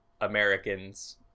Americans